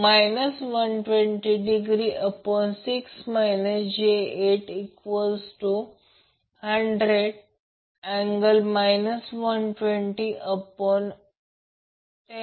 तर हे ZY ZY ZYआहे ही एक A N Aआहे प्रत्यक्षात तीच गोष्ट आहे तो लहान a आहे तो लहान c आहे आणि तो लहान b आहे तीच गोष्ट आहे